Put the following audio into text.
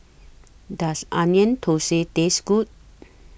Does Onion Thosai Taste Good